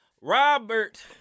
robert